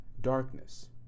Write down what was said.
darkness